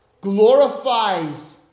glorifies